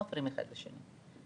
התגבור יעזור לכולם.